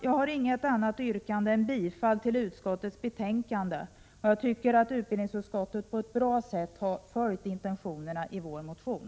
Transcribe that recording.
Jag har inget annat yrkande än bifall till utskottets hemställan. Jag tycker att utbildningsutskottet på ett bra sätt har följt intentionerna i vår motion.